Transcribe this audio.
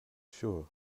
sure